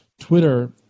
Twitter